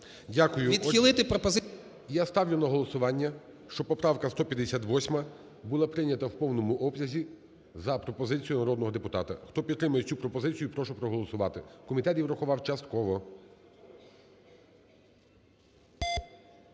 Я ставлю на голосування, що поправка 158 була прийнята в повному обсязі за пропозицією народного депутата. Хто підтримує цю пропозицію, прошу проголосувати. Комітет її врахував частково.